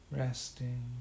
Resting